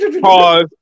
Pause